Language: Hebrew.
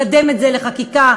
לקדם את זה לחקיקה,